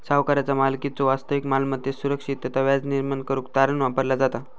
सावकाराचा मालकीच्यो वास्तविक मालमत्तेत सुरक्षितता व्याज निर्माण करुक तारण वापरला जाता